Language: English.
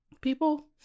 people